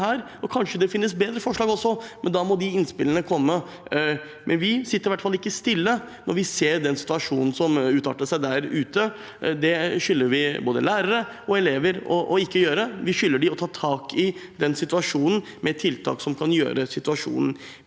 finnes det også bedre forslag, men da må de innspillene komme. Vi sitter i hvert fall ikke stille når vi ser den situasjonen som utarter der ute. Det skylder vi både lærere og elever. Vi skylder dem å ta tak i denne situasjonen, med tiltak som kan gjøre situasjonen bedre.